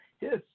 Yes